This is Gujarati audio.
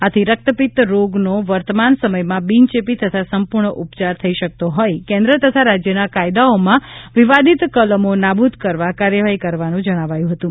આથી રક્તપિત્ત રોગનો વર્તમાન સમયમાં બિનચેપી તથા સંપૂર્ણ ઉપચાર થઇ શકતો હોઇ કેન્દ્ર તથા રાજ્યના કાયદાઓમાંથી વિવાદિત કલમો નાબૂદ કરવા કાર્યવાહી કરવાનું જણાવ્યુ હતુ